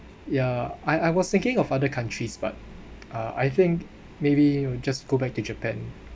yeah I I was thinking of other countries but uh I think maybe will just go back to japan